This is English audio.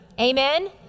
amen